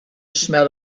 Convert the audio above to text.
smell